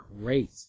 great